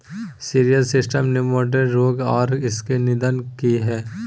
Cereal system nematode रोग आर इसके निदान की हय?